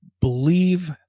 believe